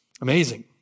Amazing